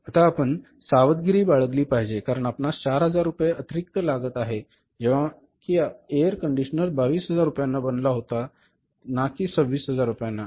आता आपण सावधगिरी बाळगली पाहिजे कारण आपणास 4000 रुपये अतिरिक्त लागत आहे जेव्हा कि आपण एअर कंडिशनर 22000 रुपयांना बनवला होता ना कि 26000 रुपयांना